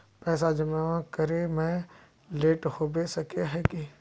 पैसा जमा करे में लेट होबे सके है की?